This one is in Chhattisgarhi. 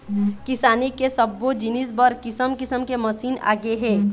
किसानी के सब्बो जिनिस बर किसम किसम के मसीन आगे हे